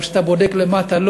אבל כשאתה בודק למטה,